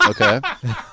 Okay